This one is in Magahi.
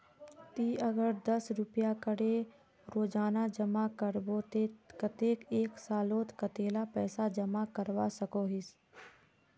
ती अगर दस रुपया करे रोजाना जमा करबो ते कतेक एक सालोत कतेला पैसा जमा करवा सकोहिस?